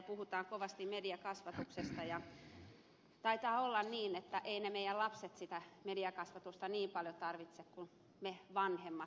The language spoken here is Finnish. puhutaan kovasti mediakasvatuksesta mutta taitaa olla niin että ei ne meidän lapset sitä mediakasvatusta niin paljon tarvitse kuin me vanhemmat